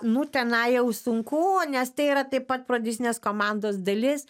nu tenai jau sunku nes tai yra taip pat prodiusinės komandos dalis